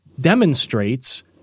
demonstrates